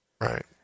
right